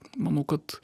manau kad